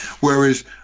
Whereas